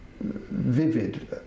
vivid